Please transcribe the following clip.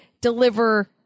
deliver